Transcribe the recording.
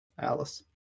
Alice